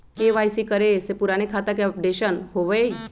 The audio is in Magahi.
के.वाई.सी करें से पुराने खाता के अपडेशन होवेई?